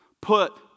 put